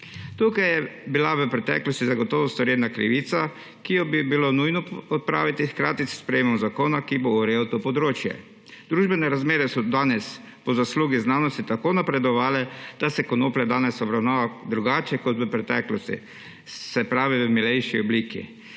Tukaj je bila v preteklosti zagotovo storjena krivica, ki bi jo bilo treba nujno odpraviti hkrati s sprejetjem zakona, ki bo urejal to področje. Družbene razmere so danes po zaslugi znanosti tako napredovale, da se konoplja danes obravnava drugače kot v preteklosti. Se pravi, v milejši obliki.